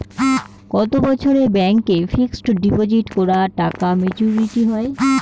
কত বছরে ব্যাংক এ ফিক্সড ডিপোজিট করা টাকা মেচুউরিটি হয়?